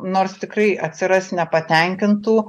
nors tikrai atsiras nepatenkintų